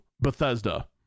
Bethesda